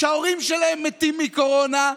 שההורים שלהם מתים מקורונה.